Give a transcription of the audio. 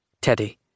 Teddy